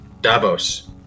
Davos